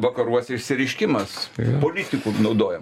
vakaruose išsireiškimas politikų naudojam